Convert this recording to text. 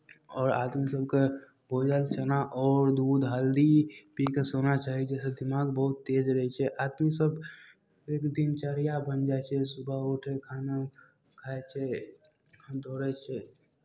आओर आदमी सभकेँ भूजल चना आओर दूध हल्दी पी कऽ सोना चाही जाहिसँ दिमाग बहुत तेज रहै छै आदमीसभ एक दिनचर्या बनि जाइ छै सुबह उठै खाना खाइ छै खन दौड़ै छै